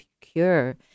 cure